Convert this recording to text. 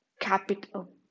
capital